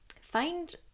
find